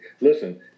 listen –